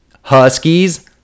Huskies